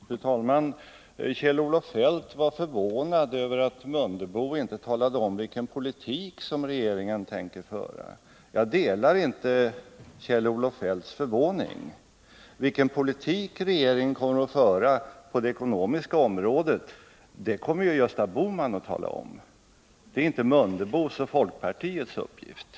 Fru talman! Kjell-Olof Feldt var förvånad över att Mundebo inte talade om vilken politik som regeringen tänker föra. Jag delar inte Kjell-Olof Feldts förvåning. Vilken politik regeringen kommer att föra på det ekonomiska området kommer ju Gösta Bohman att tala om — det är inte herr Mundebos och folkpartiets uppgift.